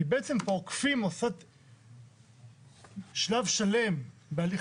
כי בעצם פה עוקפים שלב שלם בהליך